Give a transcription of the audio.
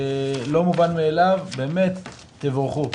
זה לא מובן מאליו, תבורכו.